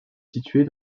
située